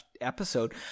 episode